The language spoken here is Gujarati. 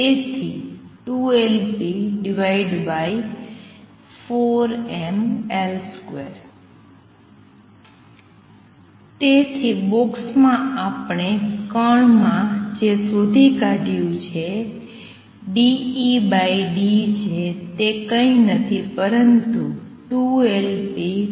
તેથી 2Lp4mL2 તેથી બોક્સમાં આપણે કણમાં જે શોધી કાઢ્યું છે ∂E∂J તે કંઈ નથી પરંતુ 2Lp4mL2 છે